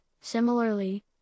Similarly